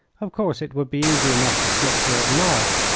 of course, it would be easy enough to slip through at night,